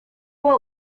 what